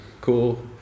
cool